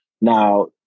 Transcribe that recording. Now